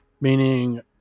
meaning